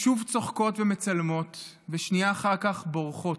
שוב צוחקות ומצלמות ושנייה אחר כך בורחות.